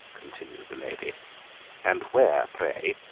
continued the lady and where, pray,